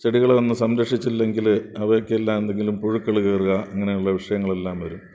ചെടികളെ നമ്മൾ സംരക്ഷച്ചില്ലെങ്കിൽ അവയ്ക്കെല്ലാം എന്തെങ്കിലും പുഴുക്കൾ കയറുക അങ്ങനെയുള്ള വിഷയങ്ങളെല്ലാം വരും